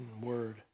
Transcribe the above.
word